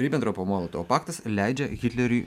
ribentropo molotovo paktas leidžia hitleriui